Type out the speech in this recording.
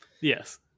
Yes